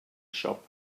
shop